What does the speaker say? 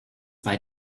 bei